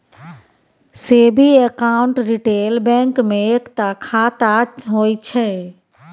saving account retail bank मे एकता खाता होइ छै